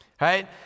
Right